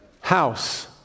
house